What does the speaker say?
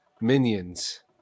minions